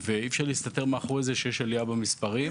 ואי אפשר להסתתר מאחורי זה שיש עלייה במספרים.